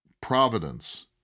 providence